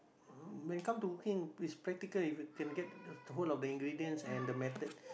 when it come to cooking it's practical if you can get whole of the ingredients and the method